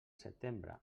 setembre